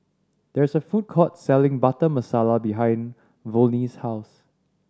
there is a food court selling Butter Masala behind Volney's house